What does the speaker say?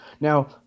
Now